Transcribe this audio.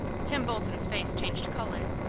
tim bolton's face changed color,